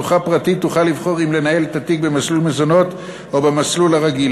זוכה פרטית תוכל לבחור אם לנהל את התיק במסלול מזונות או במסלול הרגיל,